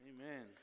Amen